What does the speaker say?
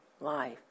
life